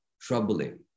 troubling